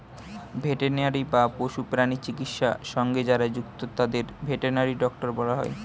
veterinary বা পশু প্রাণী চিকিৎসা সঙ্গে যারা যুক্ত তাদের ভেটেরিনারি ডক্টর বলা হয়